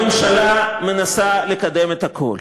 הממשלה מנסה לקדם את הכול.